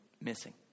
missing